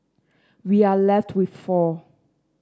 we are left with four